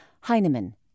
Heinemann